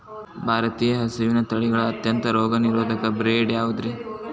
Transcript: ಭಾರತೇಯ ಹಸುವಿನ ತಳಿಗಳ ಅತ್ಯಂತ ರೋಗನಿರೋಧಕ ಬ್ರೇಡ್ ಯಾವುದ್ರಿ?